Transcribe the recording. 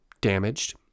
damaged